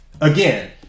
Again